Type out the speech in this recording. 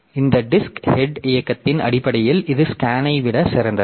எனவே இந்த disk head இயக்கத்தின் அடிப்படையில் இது SCAN ஐ விட சிறந்தது